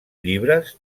llibres